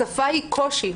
השפה היא קושי.